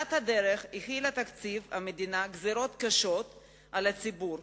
בתחילת הדרך הכיל תקציב המדינה גזירות קשות על הציבור,